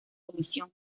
comisión